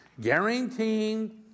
guaranteeing